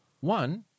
One